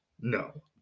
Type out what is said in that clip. No